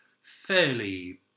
fairly